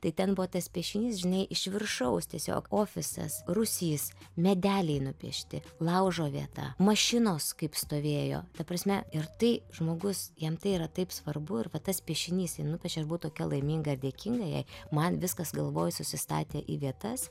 tai ten buvo tas piešinys žinai iš viršaus tiesiog ofisas rūsys medeliai nupiešti laužo vieta mašinos kaip stovėjo ta prasme ir tai žmogus jam tai yra taip svarbu ir va tas piešinys ji nupiešė ir aš buvau tokia laiminga ir dėkinga jai man viskas galvoj susistatė į vietas